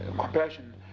compassion